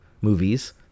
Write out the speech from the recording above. movies